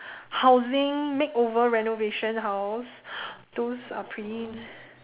housing makeover renovation house those are pretty